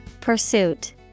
Pursuit